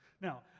Now